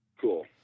Cool